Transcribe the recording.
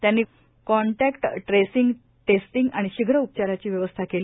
त्यांनी contact tracing testing आणि शीघ्र उपचाराची व्यवस्था केली